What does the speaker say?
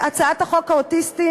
הצעת חוק האוטיסטים,